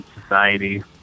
society